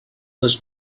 was